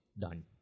done